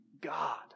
God